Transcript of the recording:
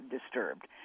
disturbed